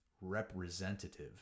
representative